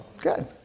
good